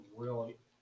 really-